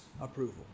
approval